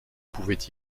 pouvait